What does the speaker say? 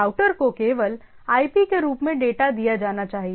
router को केवल IP के रूप में डेटा दिया जाना चाहिए